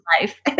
life